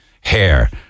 Hair